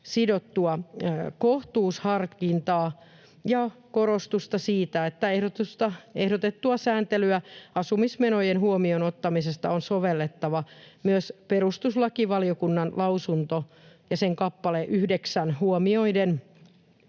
sidottua kohtuusharkintaa ja korostusta siitä, että ehdotettua sääntelyä asumismenojen huomioon ottamisesta on sovellettava myös perustuslakivaliokunnan lausunto ja sen kappale 9 huomioiden